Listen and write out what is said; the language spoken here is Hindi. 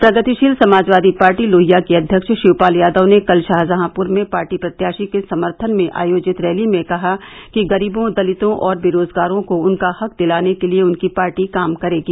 प्रगतिशील समाजवादी पार्टी लोहिया के अध्यक्ष शिवपाल यादव ने कल शाहजहांप्र में पार्टी प्रत्याशी के समर्थन में आयोजित रैली में कहा कि गरीबों दलितों और बेरोजगारों को उनका हक दिलाने के लिये उनकी पार्टी काम करेगी